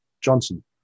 Johnson